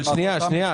אבל שנייה,